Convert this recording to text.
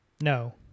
No